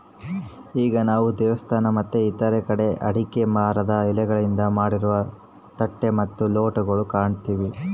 ಈಗ ನಾವು ದೇವಸ್ಥಾನ ಮತ್ತೆ ಇತರ ಕಡೆ ಅಡಿಕೆ ಮರದ ಎಲೆಗಳಿಂದ ಮಾಡಿರುವ ತಟ್ಟೆ ಮತ್ತು ಲೋಟಗಳು ಕಾಣ್ತಿವಿ